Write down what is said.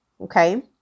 Okay